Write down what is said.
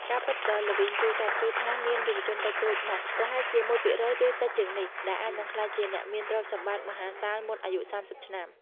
ការពិតដ៏ល្វីងជូរចត់គឺថា មានយុវជនតិចតួចណាស់ ប្រហែលជា ១% ឬតិចជាងនេះ ដែលអាចនឹងក្លាយជាអ្នកមានទ្រព្យសម្បត្តិមហាសាលមុនអាយុ ៣០ ឆ្នាំ។